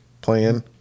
playing